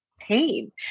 Pain